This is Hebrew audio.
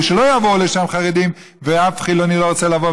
שלא יבואו לשם חרדים ואף חילוני לא רוצה לבוא,